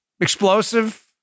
Explosive